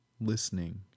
Listening